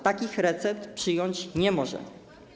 Takich recept przyjąć nie możemy.